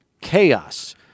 chaos